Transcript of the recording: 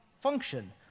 function